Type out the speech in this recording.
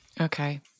Okay